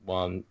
one